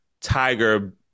Tiger